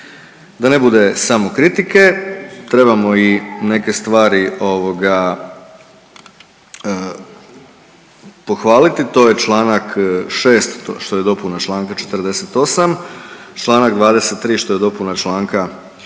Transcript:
Da ne bude samo kritike, trebamo i neke stvari, ovoga, pohvaliti. To je čl. 6, što je dopuna čl. 48, čl. 23, što je dopuna čl.